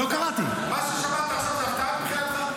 לא קראתי --- מה ששמעת עכשיו זו הפתעה מבחינתך?